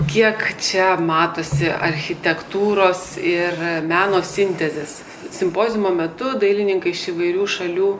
kiek čia matosi architektūros ir meno sintezės simpoziumo metu dailininkai iš įvairių šalių